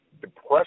depressed